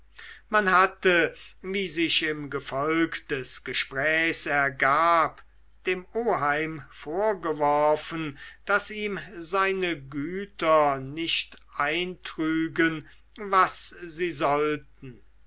man hatte wie sich im gefolg des gesprächs ergab dem oheim vorgeworfen daß ihm seine güter nicht eintrügen was sie sollten